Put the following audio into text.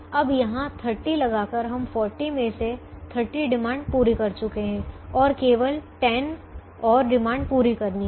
अब यहाँ 30 लगाकर हम 40 में से 30 डिमांड पूरी कर चुके हैं और केवल 10 और डिमांड पूरी करनी है